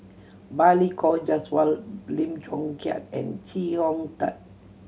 Balli Kaur Jaswal Lim Chong Keat and Chee Hong Tat